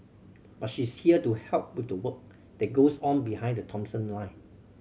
but she's here to help with the work that goes on behind the Thomson line